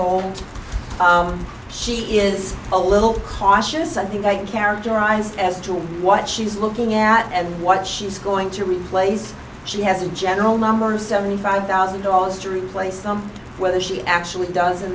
and she is a little cautious i think i can characterize as to what she's looking at and what she's going to replace she has in general mommer seventy five thousand dollars to replace them whether she actually does in